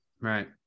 right